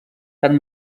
tant